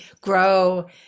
grow